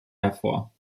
hervor